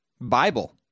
Bible